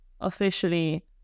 officially